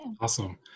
Awesome